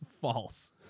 False